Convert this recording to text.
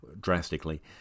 drastically